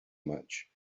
much